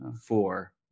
four